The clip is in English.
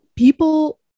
People